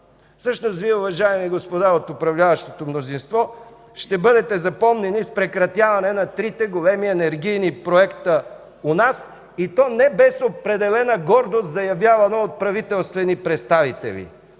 Всъщност Вие, управляващи господа от управляващото мнозинство, ще бъдете запомнени с прекратяването на трите големи енергийни проекта у нас, и то не без определена гордост заявявано от правителствени представители.